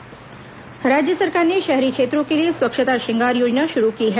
स्वच्छता श्रंगार योजना राज्य सरकार ने शहरी क्षेत्रों के लिए स्वच्छता श्रंगार योजना शुरू की है